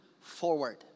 forward